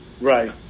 right